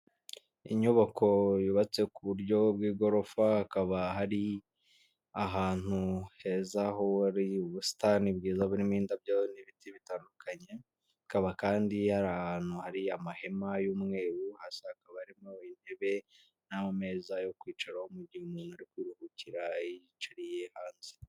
Inyubako yubatse ku buryo bw'igorofa, hakaba hari ahantu heza hari ubusitani bwiza burimo indabyo n'ibiti bitandukanye, hakaba kandi hari ahantu hari amahema y'umweru hasi hakaba harimo intebe n'ameza yo kwicaraho mu gihe umuntu ari kwiruhukira yicariye hanze.